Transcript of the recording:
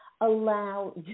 Allow